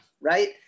Right